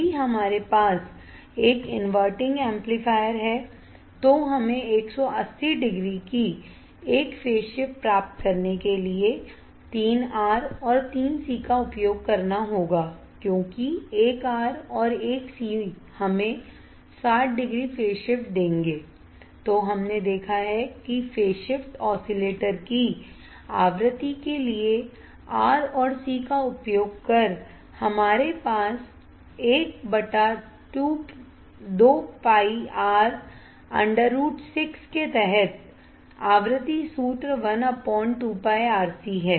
यदि हमारे पास एक इनवर्टिंग एम्पलीफायर है तो हमें 180 डिग्री की एक फेज शिफ्ट प्राप्त करने के लिए 3 R और 3 C का उपयोग करना होगा क्योंकि 1 आर और 1 सी हमें 60 डिग्री फेज शिफ्ट देंगे तो हमने देखा है कि फेज शिफ्ट ऑसिलेटर की आवृत्ति के लिए R और C का उपयोग कर हमारे पास 1 2πR√6 के तहत आवृत्ति सूत्र 12πRC है